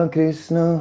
Krishna